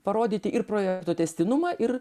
parodyti ir projekto tęstinumą ir